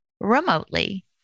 remotely